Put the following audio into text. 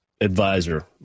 advisor